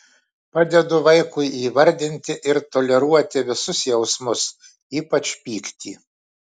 padedu vaikui įvardinti ir toleruoti visus jausmus ypač pyktį